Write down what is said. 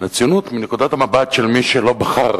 לציונות מנקודת המבט של מי שלא בחר